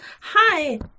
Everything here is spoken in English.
Hi